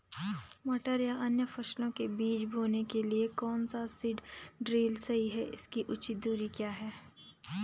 मटर या अन्य फसलों के बीज बोने के लिए कौन सा सीड ड्रील सही है इसकी उचित दूरी क्या है?